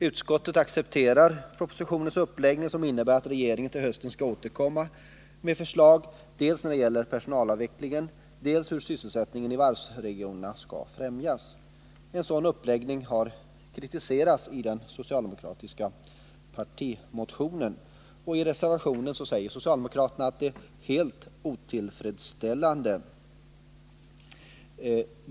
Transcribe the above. Utskottet accepterar propositionens uppläggning, som innebär att regeringen till hösten skall återkomma med förslag dels när det gäller personalavvecklingen, dels för hur sysselsättningen i varvsregionerna skall främjas. En sådan uppläggning har kritiserats i den socialdemokratiska partimotionen. I en reservation säger socialdemokraterna att den är helt otillfredsställande.